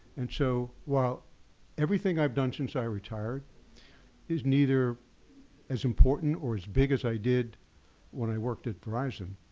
and so, while everything i've done since i retired is neither as important or as big as i did when i worked at verizon.